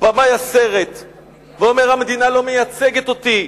במאי הסרט ואומר: המדינה לא מייצגת אותי.